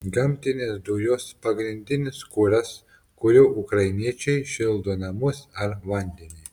gamtinės dujos pagrindinis kuras kuriuo ukrainiečiai šildo namus ar vandenį